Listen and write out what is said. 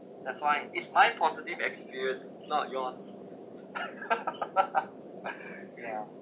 that's why it's my positive experience not yours ya